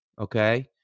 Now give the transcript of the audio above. okay